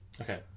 okay